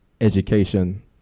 education